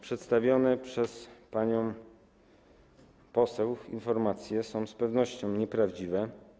Przedstawione przez panią poseł informacje są z pewnością nieprawdziwe.